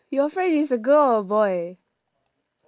your friend is a girl or a boy